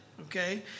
okay